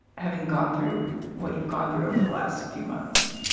having gone through what you've gone through over the last few months